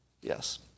Yes